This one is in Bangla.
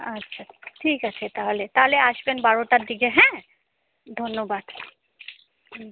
আচ্ছা ঠিক আছে তাহলে তাহলে আসবেন বারোটার দিকে হ্যাঁ ধন্যবাদ হুম